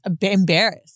embarrassed